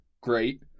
Great